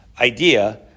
idea